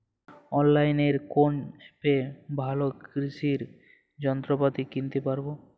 অনলাইনের কোন অ্যাপে ভালো কৃষির যন্ত্রপাতি কিনতে পারবো?